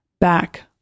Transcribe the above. back